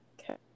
Okay